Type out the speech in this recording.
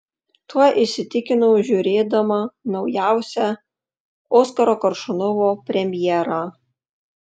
tuo įsitikinau žiūrėdama naujausią oskaro koršunovo premjerą